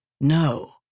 no